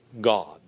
God